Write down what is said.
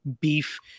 beef